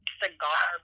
cigar